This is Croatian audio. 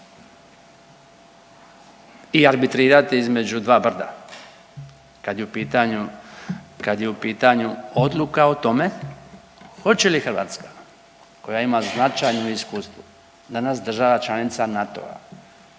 i arbitrirati između dva brda kad je u pitanju odluka o tome hoće li Hrvatska koja ima značajno iskustvo danas država članica NATO-a,